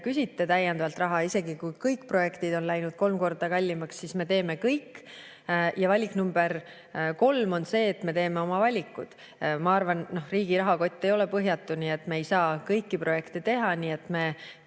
küsite täiendavat raha ja isegi kui kõik projektid on läinud kolm korda kallimaks, siis me teeme kõik ära. Valik nr 3 on see, et me teeme oma valikud. Ma arvan, et riigi rahakott ei ole põhjatu, nii et me ei saa kõiki projekte teha. Me